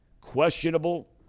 Questionable